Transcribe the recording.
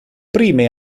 prime